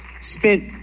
spent